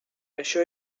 això